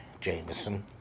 Jameson